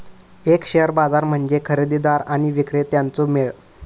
एक शेअर बाजार म्हणजे खरेदीदार आणि विक्रेत्यांचो मेळ